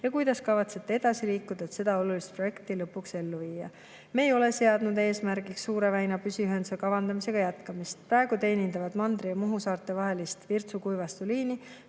ja kuidas kavatsete edasi liikuda, et seda olulist projekti lõpuks ellu viia?" Me ei ole seadnud eesmärgiks Suure väina püsiühenduse kavandamise jätkamist. Praegu teenindavad mandri ja Muhu saare vahelist Virtsu–Kuivastu liini